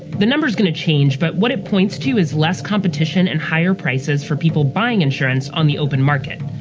the number's gonna change, but what it points to is less competition and higher prices for people buying insurance on the open market.